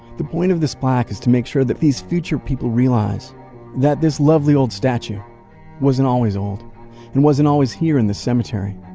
the point of this plaque is to make sure that these future people realize that this lovely old statue wasn't always old and wasn't always here in the cemetery.